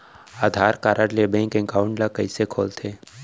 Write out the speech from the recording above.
आधार card ले bank account ल कइसे खोलथे?